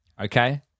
Okay